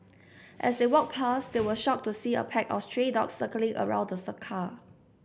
as they walked back they were shocked to see a pack of stray dogs circling around the car